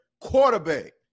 quarterback